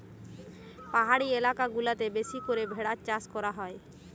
পাহাড়ি এলাকা গুলাতে বেশি করে ভেড়ার চাষ করা হয়